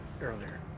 earlier